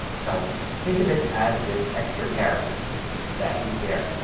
so think of it as this extra character that is there.